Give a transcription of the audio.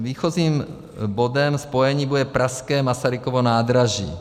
Výchozím bodem spojení bude pražské Masarykovo nádraží.